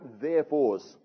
therefores